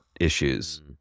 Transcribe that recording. issues